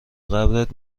قبرت